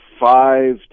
five